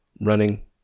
running